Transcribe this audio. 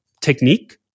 technique